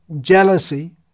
jealousy